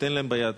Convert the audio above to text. שתיתן להם ביד.